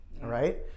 right